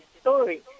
story